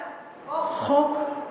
חוק,